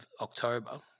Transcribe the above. October